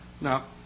Now